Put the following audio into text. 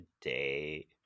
today